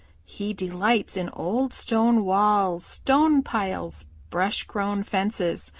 he delights in old stone walls, stone piles, brush-grown fences,